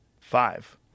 Five